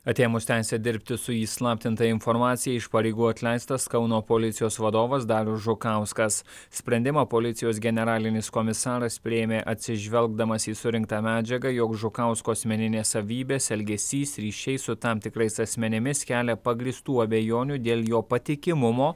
atėmus teisę dirbti su įslaptinta informacija iš pareigų atleistas kauno policijos vadovas darius žukauskas sprendimą policijos generalinis komisaras priėmė atsižvelgdamas į surinktą medžiagą jog žukausko asmeninės savybės elgesys ryšiai su tam tikrais asmenimis kelia pagrįstų abejonių dėl jo patikimumo